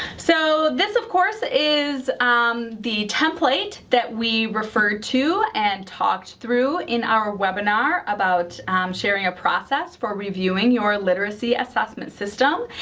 so this, of course, is um the template that we refer to and talked through in our webinar about sharing a process for reviewing your literacy assessment system.